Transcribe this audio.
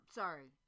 sorry